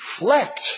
reflect